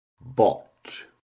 botch